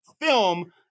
film